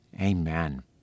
Amen